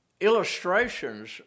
illustrations